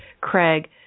Craig